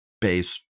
Base